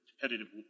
competitive